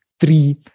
Three